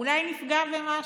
אולי נפגע במשהו.